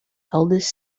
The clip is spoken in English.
eldest